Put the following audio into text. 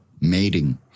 mating